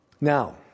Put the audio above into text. now